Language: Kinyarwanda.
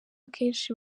akenshi